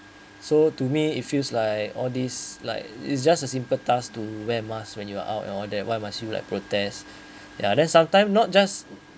so to me it feels like all these like it's just a simple task to wear masks when you are out and all that why must you like protest ya then sometime not just